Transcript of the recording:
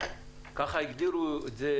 ככה הגדירו את זה